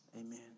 amen